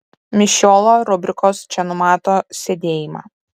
mišiolo rubrikos čia numato sėdėjimą